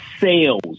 sales